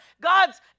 God's